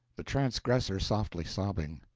the transgressor softly sobbing.